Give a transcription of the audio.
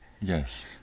Yes